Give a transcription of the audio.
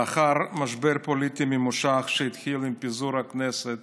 לאחר משבר פוליטי ממושך, שהתחיל עם פיזור הכנסת